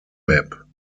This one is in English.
map